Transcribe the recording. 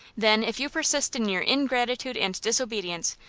then, if you persist in your ingratitude and disobedience,